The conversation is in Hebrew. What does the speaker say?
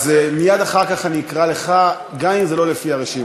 מייד אחר כך אני אקרא לך, גם אם זה לא לפי הרשימה.